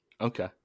Okay